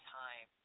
time